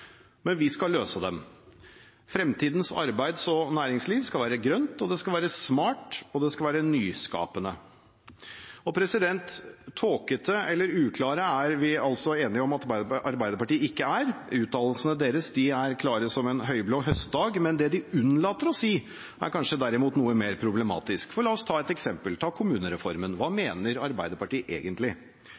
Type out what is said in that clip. men vi skal løse dem. Fremtidens arbeids- og næringsliv skal være grønt, og det skal være smart og nyskapende. Tåkete eller uklare er vi altså enige om at Arbeiderpartiet ikke er – uttalelsene deres er klare som en høyblå høstdag. Men det de unnlater å si, er kanskje derimot noe mer problematisk. La oss ta et eksempel: Ta kommunereformen. Hva mener Arbeiderpartiet egentlig